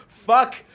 Fuck